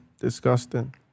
Disgusting